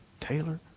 Taylor